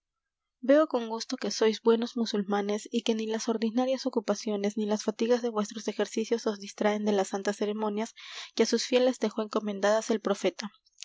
veo con gusto que sois buenos musulmanes y que ni las ordinarias ocupaciones ni las fatigas de vuestros ejercicios os distraen de las santas ceremonias que á sus fieles dejó encomendadas el profeta